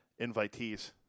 invitees